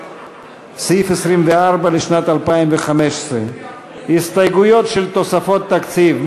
סעיף 24 לשנת 2015, הסתייגויות של תוספות תקציב.